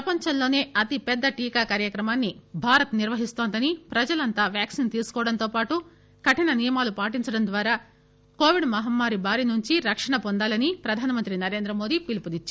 ప్రపంచంలోనే అతిపెద్ద టీకా కార్యక్రమాన్ని భారత్ నిర్వహిస్తోందనీ ప్రజలంతా వ్యాక్పిన్ తీసుకోవడంతో పాటు కఠిన నియమాలు పాటించడం ద్వారా కోవిడ్ మహమ్మారి భారి నుంచి రక్షణ పొందాలని ప్రధానమంత్రి నరేంద్ర మోదీ పిలుపునిచ్చారు